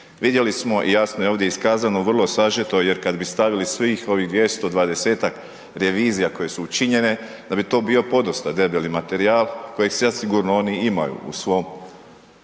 Vidjeli smo, jasno je ovdje iskazano, vrlo sažeto, jer kad bi stavili svih ovih 220-ak revizija koje su učinjene, da bi to bio podosta debeli materijal, kojeg zasigurno oni imaju u svom